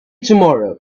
tomorrow